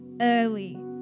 early